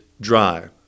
drive